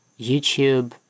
YouTube